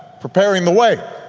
preparing the way